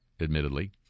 admittedly